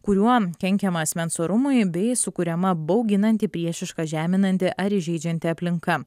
kuriuo kenkiama asmens orumui bei sukuriama bauginanti priešiška žeminanti ar įžeidžianti aplinka